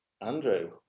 Andrew